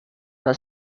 una